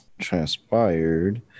transpired